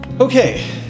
Okay